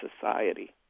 society